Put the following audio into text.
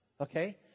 Okay